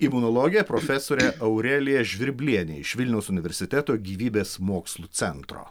imunologė profesorė aurelija žvirblienė iš vilniaus universiteto gyvybės mokslų centro